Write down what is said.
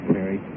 Mary